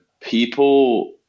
People